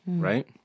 right